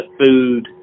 food